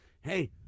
Hey